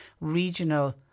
Regional